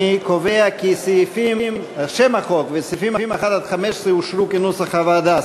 אני קובע כי שם החוק וסעיפים 1 15 אושרו כנוסח הוועדה.